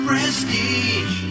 prestige